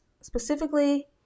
specifically